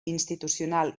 institucional